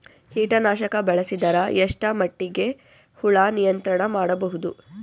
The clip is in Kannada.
ಕೀಟನಾಶಕ ಬಳಸಿದರ ಎಷ್ಟ ಮಟ್ಟಿಗೆ ಹುಳ ನಿಯಂತ್ರಣ ಮಾಡಬಹುದು?